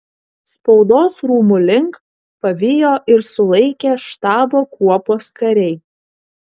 spaudos rūmų link pavijo ir sulaikė štabo kuopos kariai